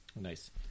Nice